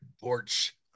porch